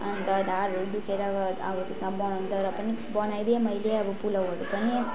अन्त ढाडहरू दुखेर अब अब त्यसमा बनाउँनु तर पनि बनाइदिएँ मैले अब पुलाउहरू पनि